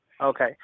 Okay